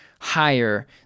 higher